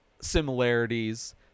similarities